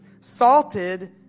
salted